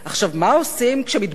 מה עושים כשמתברר,